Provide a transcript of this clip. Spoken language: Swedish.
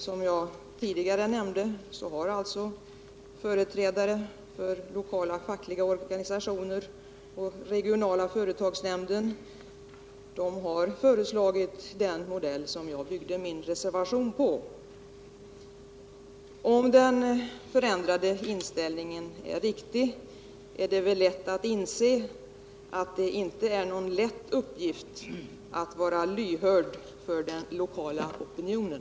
Som jag tidigare nämnde har alltså företrädare för lokala fackliga organisationer och regionala företagsnämnden föreslagit den modell jag byggde min reservation på. Om den förändrade inställningen är riktig är det lätt att inse att det inte är någon enkel uppgift att vara lyhörd för den lokala opinionen.